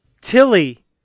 Tilly